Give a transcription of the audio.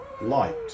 light